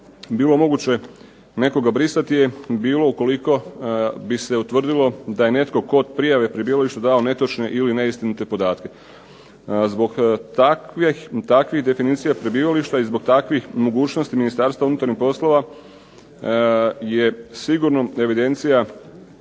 bilo moguće nekoga brisati je bilo ukoliko bi se utvrdilo da je netko kod prijave prebivališta dao netočne ili neistinite podatke. Zbog takvih definicija prebivališta i zbog takvih mogućnosti Ministarstva unutarnjih poslova je sigurno evidencija